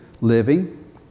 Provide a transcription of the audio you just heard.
living